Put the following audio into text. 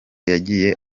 yagize